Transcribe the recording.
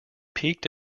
peaked